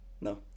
No